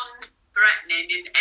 non-threatening